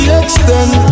extend